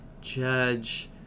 judge